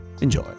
Enjoy